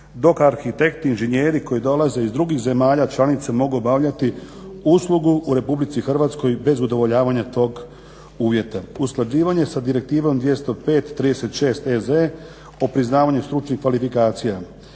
Dok arhitekti inženjeri koji dolaze iz drugih zemalja članica mogu obavljati uslugu u RH bez udovoljavanja tog uvjeta. Usklađivanje sa direktivom 205/36. EZ o priznavanju stručnih kvalifikacija.